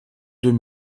deux